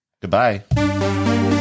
Goodbye